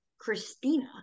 Christina